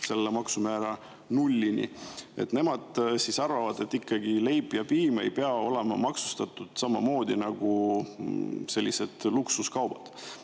selle maksumäära nullini –, nemad arvavad, et leib ja piim ei pea olema maksustatud samamoodi nagu luksuskaubad.